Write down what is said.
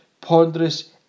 ponderous